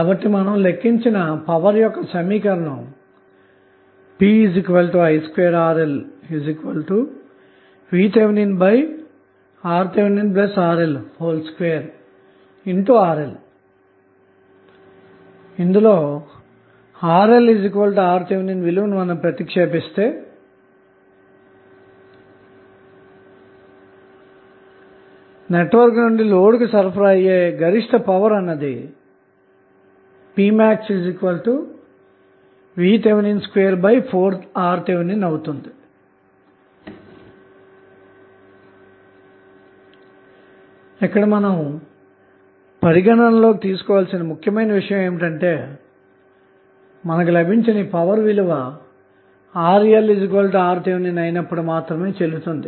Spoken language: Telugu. కాబట్టిమనం లెక్కించిన పవర్ సమీకరణం pi2RLVThRThRL2RL లోRLRTh విలువను ప్రతిక్షేపిద్దాము అప్పుడు నెట్వర్క్ నుండి లోడ్కు సరఫరా అయ్యే గరిష్ట పవర్ అన్నది pmaxVTh24RTh అవుతుంది ఇక్కడ మనం పరిగణనలోకి తీసుకోవలసిన ముఖ్యమైన విషయం ఏమిటంటే మనకు లభించిన ఈ పవర్ విలువ RLRTh అయినప్పుడు మాత్రమే చెల్లుతుంది